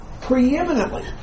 preeminently